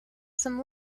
some